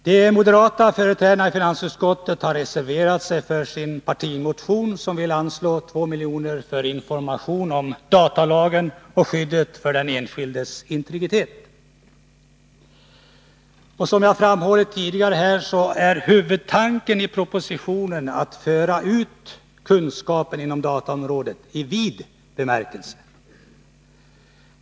De moderata företrädarna i finansutskottet har reserverat sig för sin partimotion, där man vill anslå 2 miljoner för information om datalagen och skyddet för den enskildes integritet. Som jag tidigare har framhållit är en huvudtanke i propositionen att föra ut kunskapen inom dataområdet i vid bemärkelse.